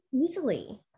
easily